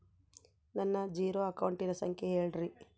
ನನ್ನ ಜೇರೊ ಅಕೌಂಟಿನ ಸಂಖ್ಯೆ ಹೇಳ್ರಿ?